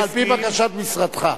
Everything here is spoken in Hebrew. על-פי בקשת משרדך.